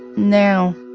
now,